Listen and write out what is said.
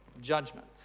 judgment